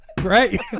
right